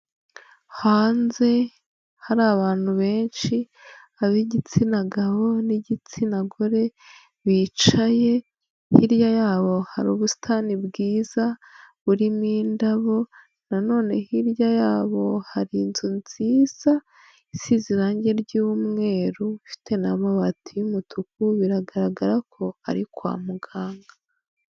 Hanze hari abantu benshi ab'igitsina gabo n'igitsina gore bicaye hirya yabo hari ubusitani bwiza burimo indabo nanone hirya yabo hari inzu nziza isize irangi ry'yumweru ifite n'amabati y'umutuku biragaragara ko ari kwa muganga.